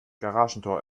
garagentor